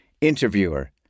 Interviewer